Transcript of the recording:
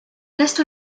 لست